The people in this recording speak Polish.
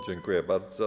Dziękuję bardzo.